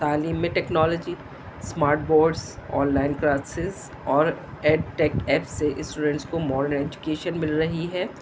تعلیم میں technology smart boards online classes اور ایڈ ٹیک ایپ سے اسٹوڈینٹس کو ماڈرن ایجوکیشن مل رہی ہے